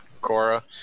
Cora